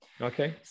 Okay